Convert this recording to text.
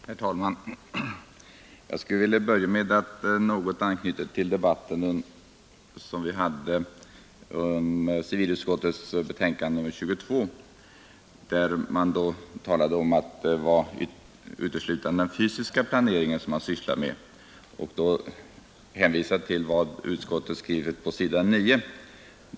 Herr talman! Jag skulle vilja börja med att något anknyta till den debatt vi hade om civilutskottets betänkande nr 22. Man talade om att det var uteslutande den fysiska planeringen som man sysslade med, och man hänvisade till vad utskottet skrivit på s. 9.